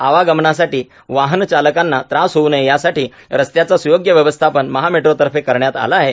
आवागमनसाठी वाहनचालकांना त्रास होऊ नये यासाठी रस्त्याचे सुयोग्य व्यवस्थापन महामेट्रो तर्के करण्यात आले आहे